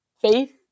faith